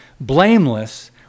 blameless